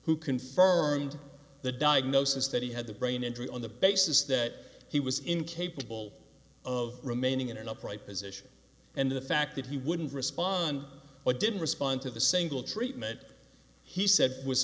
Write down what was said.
who confirmed the diagnosis that he had the brain injury on the basis that he was incapable of remaining in an upright position and the fact that he wouldn't respond or didn't respond to the single treatment he said was